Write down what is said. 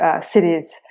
cities